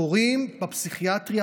תורים בפסיכיאטריה